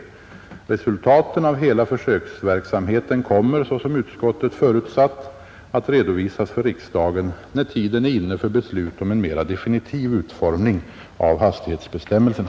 Resultaten av hela försöksverksamheten kommer, såsom utskottet förutsatt, att redovisas för riksdagen när tiden är inne för beslut om en mera definitiv utformning av hastighetsbestämmelserna.